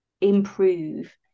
improve